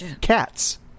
cats